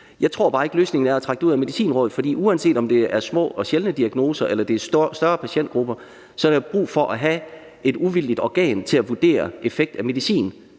Jeg tror bare ikke, løsningen er at trække det ud af Medicinrådet, for uanset om det er patienter med små og sjældne diagnoser, eller om det er større patientgrupper, så er der brug for at have et uvildigt organ til at vurdere effekt af medicin.